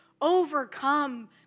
overcome